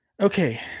Okay